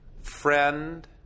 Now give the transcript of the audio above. friend